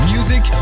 Music